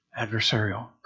adversarial